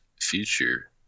future